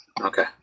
Okay